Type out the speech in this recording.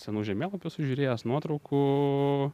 senų žemėlapių esu žiūrėjęs nuotraukų